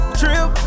trip